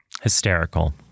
Hysterical